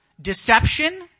Deception